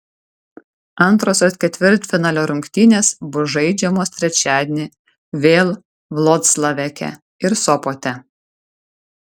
antrosios ketvirtfinalio rungtynės bus žaidžiamos trečiadienį vėl vloclaveke ir sopote